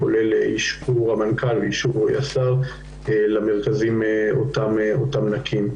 כולל אישור המנכ"ל לאישור השר למרכזים אותם נקים.